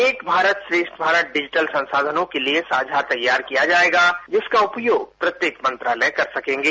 एक भारत श्रेष्ठ भारत डिजिटल संसाधनों के लिए साझा तैयार किया जाएगा जिसका उपयोग प्रत्येक मंत्रालय कर सकेंगे